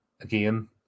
again